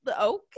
okay